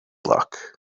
luck